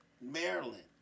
Maryland